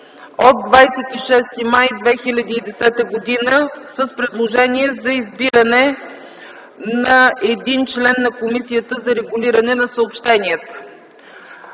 от 26 май 2010 г. с предложение за избиране на един член на Комисията за регулиране на съобщенията.